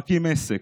מקים עסק,